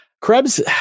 Krebs